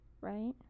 Right